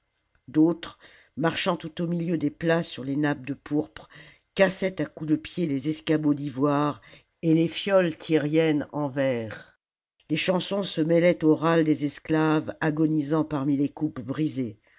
d'autres marchant tout au milieu des plats sur les nappes de pourpre cassaient à coups de pied les escabeaux d'ivoire et les fioles tyriennes en verre les chansons se mêlaient au râle des esclaves agonisant parmi les coupes brisées